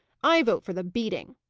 i vote for the beating.